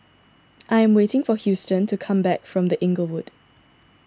I am waiting for Huston to come back from the Inglewood